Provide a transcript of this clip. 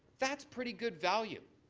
that's pretty good value.